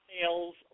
sales